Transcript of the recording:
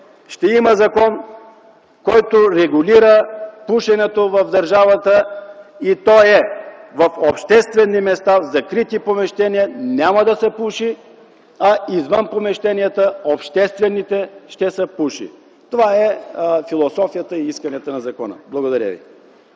ще има закон, който регулира пушенето в държавата и то е: в обществени места, в закрити заведения няма да се пуши, а извън обществените помещения ще се пуши. Това е философията и истината на закона. Благодаря ви.